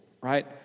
Right